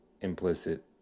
implicit